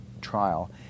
trial